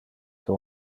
que